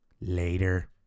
Later